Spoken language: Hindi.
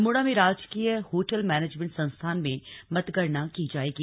अल्मोड़ा में राजकीय होटल मैनेजमेंट संस्थान में मतगणना की जाएगी